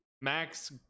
max